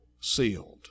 sealed